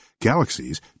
galaxies